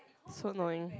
so annoying